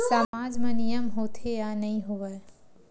सामाज मा नियम होथे या नहीं हो वाए?